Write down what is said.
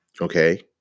Okay